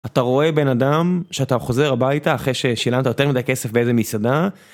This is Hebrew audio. אתה רואה בן אדם שאתה חוזר הביתה אחרי ששילמת יותר מדי כסף באיזה מסעדה.